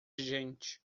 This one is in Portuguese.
gente